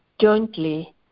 jointly